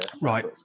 right